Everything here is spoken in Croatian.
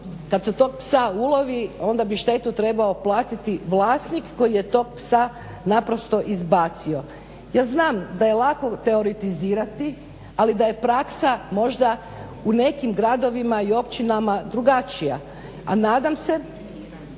kad se tog psa ulovi onda bi štetu trebao platiti vlasnik koji je tog psa naprosto izbacio. Ja znam da je lako teoretizirati, ali da je praksa možda u nekim gradovima i općinama drugačija. A nadam se